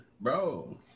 bro